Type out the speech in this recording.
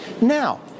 Now